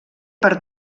per